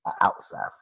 outside